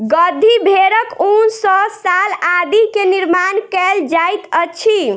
गद्दी भेड़क ऊन सॅ शाल आदि के निर्माण कयल जाइत अछि